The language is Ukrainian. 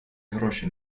гроші